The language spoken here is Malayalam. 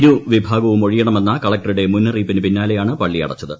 ഇരുവിഭാഗവും ഒഴിയണമെന്ന കളക്ടറുടെ മുന്നറിയിപ്പിനു പിന്നാലെയാണ് പള്ളി അടച്ചത്